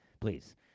please